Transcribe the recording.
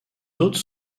autres